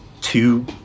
two